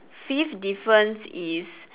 fifth difference is